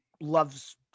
loves